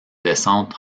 descente